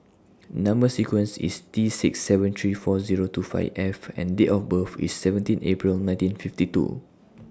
Number sequence IS T six seven three four Zero two five F and Date of birth IS seventeen April nineteen fifty two